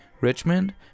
Richmond